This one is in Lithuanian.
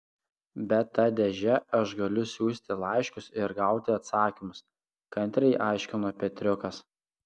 bet ta dėže aš galiu siųsti laiškus ir gauti atsakymus kantriai aiškino petriukas